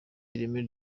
ireme